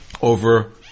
over